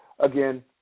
Again